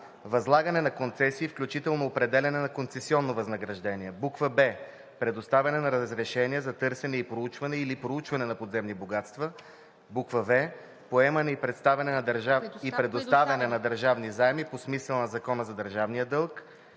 възлагане на концесии, включително определяне на концесионно възнаграждение; б) предоставяне на разрешения за търсене и проучване или за проучване на подземни богатства; в) поемане и предоставяне на държавни заеми по смисъла на Закона за държавния дълг;